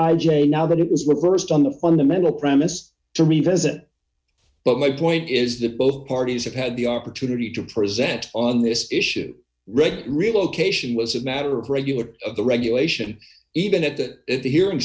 j now that it was worst on the fundamental premises to revisit but my point is that both parties have had the opportunity to present on this issue wrecked relocation was a matter regular of the regulation even at that at the hearing